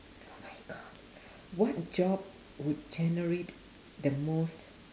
oh my god what job would generate the most